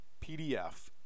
PDF